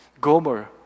Gomer